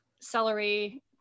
celery